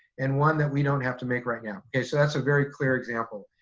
and one that we don't have to make right now. okay, so that's a very clear example.